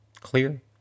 Clear